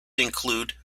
include